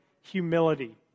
humility